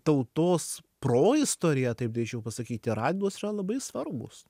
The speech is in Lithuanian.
tautos proistorėje taip drįsčiau pasakyti radvilos yra labai svarbūs